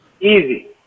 Easy